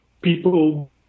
people